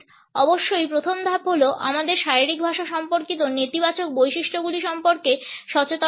অবশ্যই প্রথম ধাপ হল আমাদের শারীরিক ভাষা সম্পর্কিত নেতিবাচক বৈশিষ্ট্যগুলি সম্পর্কে সচেতন হওয়া